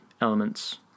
elements